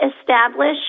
establish